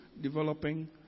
Developing